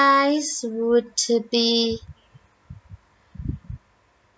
would be